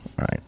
right